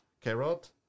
carrot